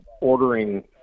ordering